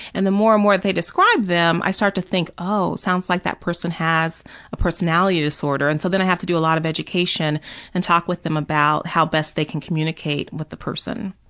and the more and more they describe them, i start to think, oh, it sounds like that person has a personality disorder, and so then i have to do a lot of education and talk with them about how best they can communicate with the person.